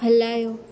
हलायो